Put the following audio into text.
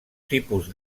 tipus